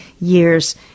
years